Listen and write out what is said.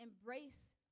embrace